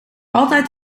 altijd